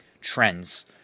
trends